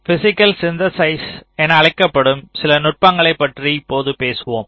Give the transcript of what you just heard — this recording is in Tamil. பிஸிக்கல் சிந்தேசிஸ் என அழைக்கப்படும் சில நுட்பங்களைப் பற்றி இப்போது பேசுவோம்